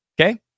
Okay